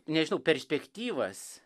nežinau perspektyvas